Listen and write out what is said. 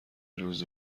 روز